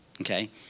okay